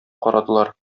карадылар